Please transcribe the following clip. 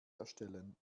erstellen